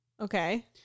Okay